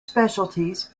specialties